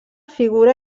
figura